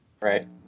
Right